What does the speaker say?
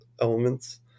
elements